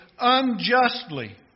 unjustly